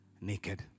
naked